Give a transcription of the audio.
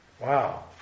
Wow